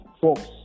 folks